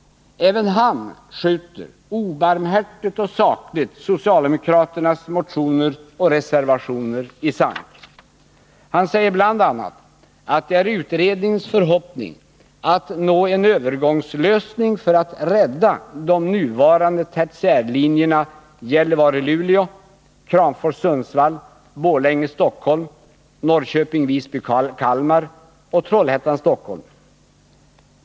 Även Gunnar von Sydow skjuter obarmhärtigt och sakligt socialdemokra ternas motioner och reservationer i sank. Han säger bl.a. att det är utredningens förhoppning att nå en övergångslösning för att rädda de nuvarande = tertiärlinjerna - Gällivare-Luleå, Kramfors-Sundsvall, Borlänge-Stockholm, <:Norrköping-Visby-Kalmar och = Trollhättan— Stockholm.